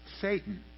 Satan